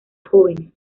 jóvenes